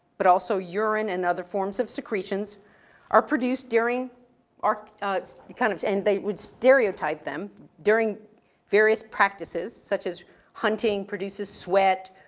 but also urine and other forms of secretions are produced during our kind of and they would stereotype them during various practices, such as hunting, produces sweat,